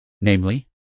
namely